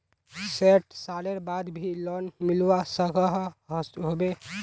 सैट सालेर बाद भी लोन मिलवा सकोहो होबे?